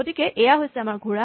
গতিকে এয়া হৈছে আমাৰ ঘোঁৰা